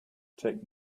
take